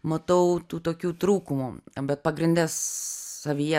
matau tų tokių trūkumų bet pagrinde savyje